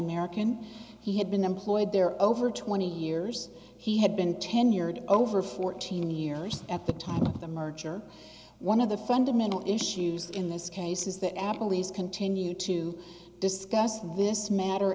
american he had been employed there over twenty years he had been tenured over fourteen years at the time of the merger one of the fundamental issues in this case is that apple is continue to discuss this matter